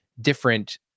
different